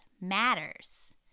matters